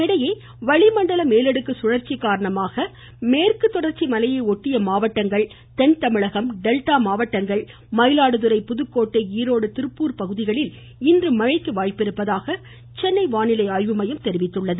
இதனிடையே வளிமண்டல மேலடுக்கு சுழற்சி காரணமாக மேற்கு தொடர்ச்சி மலையை ஒட்டிய மாவட்டங்கள் தென்தமிழகம் டெல்டா மாவட்டங்கள் மயிலாடுதுறை புதுக்கோட்டை ஈரோடு திருப்பூர் பகுதிகளில் இன்று மழைக்கு வாய்ப்பிருப்பதாக சென்னை வானிலை ஆய்வு மையம் தெரிவித்துள்ளது